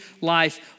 life